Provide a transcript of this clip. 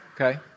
okay